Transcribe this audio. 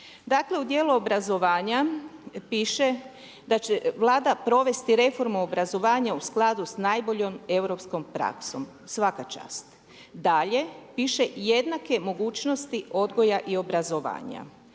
Dakle, u dijelu obrazovanja piše da će Vlada provesti reformu obrazovanja u skladu s najboljom europskom praksom. Svaka čast! Dalje, piše jednake mogućnosti odgoja i obrazovanja.